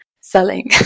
selling